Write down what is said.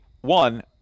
one